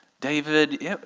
David